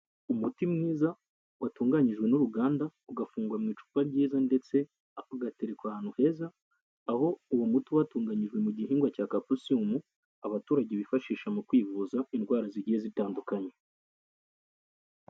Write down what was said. Umuti mwiza watunganyijwe n'uruganda ugafungwa mu icupa ryiza ndetse ugaterwa ahantu heza aho uwo muti uba watunganyijwe mu gihingwa cya kaposiyumu abaturage bifashisha mu kwivuza indwara zigiye zitandukanye.